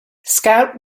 scott